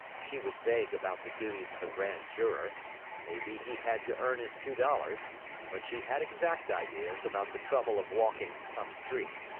she was vague about the duties of a grand juror maybe he had to earn his two dollars but she had exact ideas about the trouble of walking up-street.